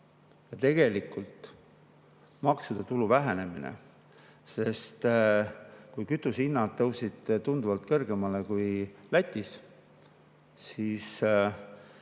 ja tegelikult maksude tulu vähenemine, sest kui kütusehinnad tõusid tunduvalt kõrgemale kui Lätis, siis